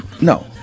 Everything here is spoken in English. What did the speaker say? no